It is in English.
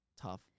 tough